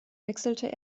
wechselte